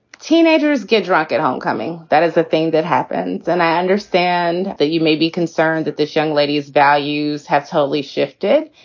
teenagers get drunk at homecoming. that is a thing that happens. and i understand that you may be concerned that this young lady's values have totally shifted.